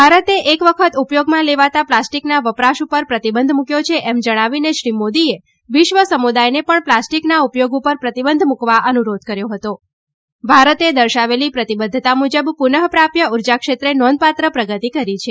ભારતે એક વખત ઉપયોગમાં લેવાતા પ્લાસ્ટિકના વપરાશ ઉપર પ્રતિબંધ મૂક્વો છે એમ જણાવીને શ્રી મોદીએ વિશ્વ સમુદાયને પણ પ્લાસ્ટિકના ઉપયોગ ઉપર પ્રતિબંધ મૂકવા અનુરોધ કર્યો ભારતે દર્શાવેલી પ્રતિબધ્ધતા મુજબ પુનઃ પ્રાપ્ય ઊર્જાક્ષેત્રે નોંધપાત્ર પ્રગતિ કરી છે